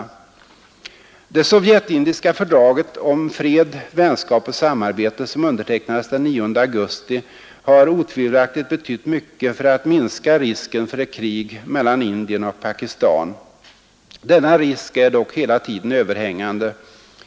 Det sovjetisk-indiska fördrag om fred, vänskap och samarbete, som undertecknades den 9 augusti, har otvivelaktigt betytt mycket för att minska risken för ett krig mellan Indien och Pakistan. Denna risk är dock hela tiden överhängande.